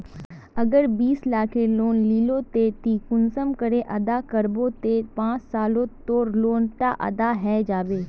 अगर बीस लाखेर लोन लिलो ते ती कुंसम करे अदा करबो ते पाँच सालोत तोर लोन डा अदा है जाबे?